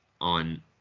on